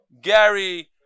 Gary